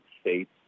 States